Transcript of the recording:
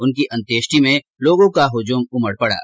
उनकी अन्त्येष्टी में लोगों का हुजुम उमड़ा